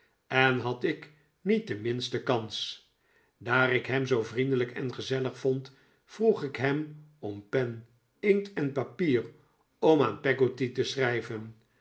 en had ik niet de minste kans daar ik hem zoo vriendelijk en gezellig vond vroeg ik hem om pen inkt en papier om aan peggotty te schrijven